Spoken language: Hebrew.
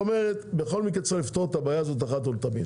בכל מקרה צריך לפתור את הבעיה אחת ולתמיד.